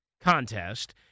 contest